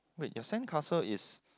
wait your sandcastle is